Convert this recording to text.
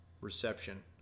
reception